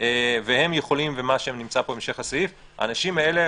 והאנשים האלה,